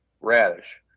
radish